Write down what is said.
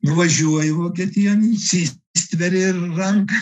nuvažiuoju vokietijon insistveri ranką